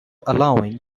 allowing